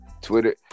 Twitter